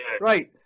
Right